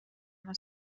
una